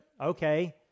okay